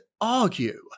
argue